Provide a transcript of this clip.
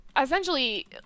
essentially